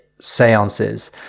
seances